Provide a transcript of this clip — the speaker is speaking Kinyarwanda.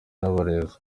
n’abarezi